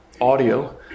audio